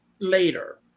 later